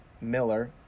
Miller